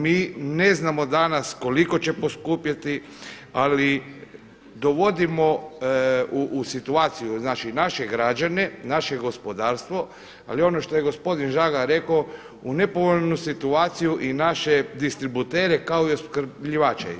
Mi ne znamo danas koliko će poskupjeti, ali dovodimo u situaciju naše građene, naše gospodarstvo, ali ono što je gospodin Žagar rekao, u nepovoljnu situaciju i naše distributere kao i opskrbljivače.